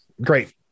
Great